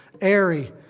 airy